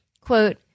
Quote